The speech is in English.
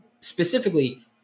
specifically